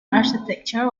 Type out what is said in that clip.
architecture